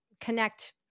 connect